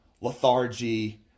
lethargy